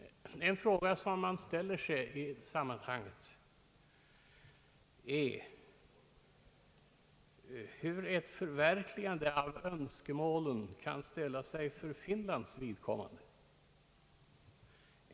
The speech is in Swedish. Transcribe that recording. En fråga som man gör sig i sammanhanget är hur ett förverkligande av önskemålen kan ställa sig för Finlands vidkommande.